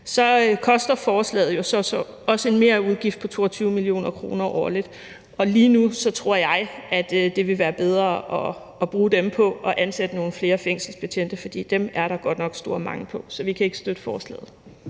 Så betyder forslaget jo også en merudgift på 22 mio. kr. årligt, og lige nu tror jeg, at det vil være bedre at bruge dem på at ansætte nogle flere fængselsbetjente, for dem er der godt nok stor mangel på. Så vi kan ikke støtte forslaget.